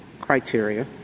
criteria